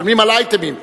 משלמים על אייטמים.